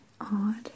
odd